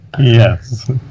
Yes